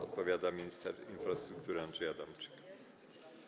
Odpowiada minister infrastruktury Andrzej Adamczyk.